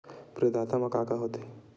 प्रदाता मा का का हो थे?